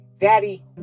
daddy